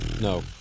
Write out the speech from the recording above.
No